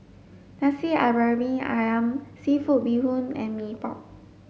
Nasi Briyani Ayam seafood bee hoon and Mee Pok